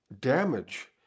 damage